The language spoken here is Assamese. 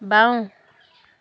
বাওঁ